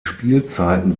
spielzeiten